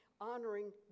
honoring